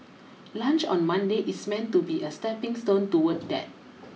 lunch on Monday is meant to be a stepping stone toward that